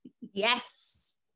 Yes